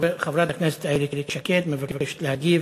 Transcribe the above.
חברת הכנסת איילת שקד מבקשת להגיב,